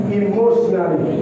emotionally